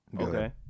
Okay